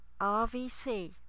RVC